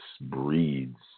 breeds